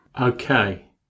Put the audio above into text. Okay